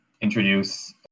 introduce